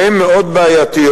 שהן מאוד בעייתיות.